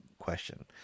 Question